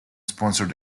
sponsored